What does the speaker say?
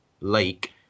lake